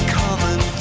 common